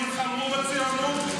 נלחמו בציונות,